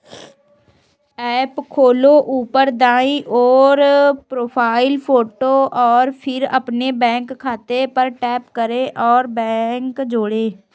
app खोलो, ऊपर दाईं ओर, प्रोफ़ाइल फ़ोटो और फिर अपने बैंक खाते पर टैप करें और बैंक जोड़ें